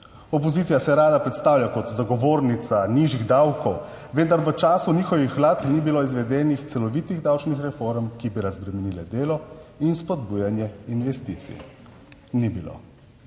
Opozicija se rada predstavlja kot zagovornica nižjih davkov, vendar v času njihovih vlad ni bilo izvedenih celovitih davčnih reform, ki bi razbremenile delo in spodbujanje investicij, ni bilo.